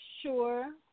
Sure